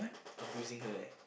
abusing her eh